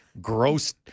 gross